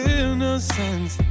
innocence